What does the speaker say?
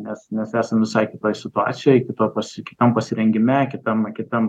nes mes esam visai kitoj situacijoj kito pasi kitam pasirengime kitam kitam